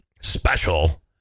special